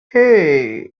hey